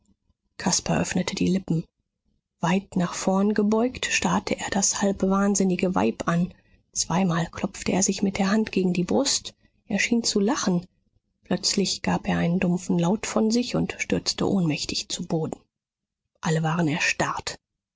öffnete die lippen weit nach vorn gebeugt starrte er das halbwahnsinnige weib an zweimal klopfte er sich mit der hand gegen die brust er schien zu lachen plötzlich gab er einen dumpfen laut von sich und stürzte ohnmächtig zu boden alle waren erstarrt